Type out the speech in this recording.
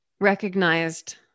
recognized